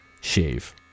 shave